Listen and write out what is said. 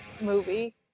movie